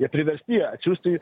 ir priversti atsiųsti